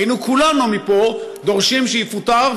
היינו כולנו מפה דורשים שיפוטר,